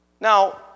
Now